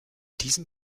diesem